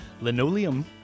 Linoleum